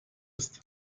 ist